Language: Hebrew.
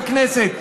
בכנסת,